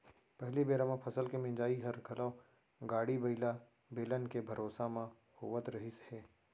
पहिली बेरा म फसल के मिंसाई हर घलौ गाड़ी बइला, बेलन के भरोसा म होवत रहिस हे